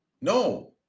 No